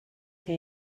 que